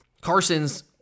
Carson's